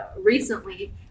recently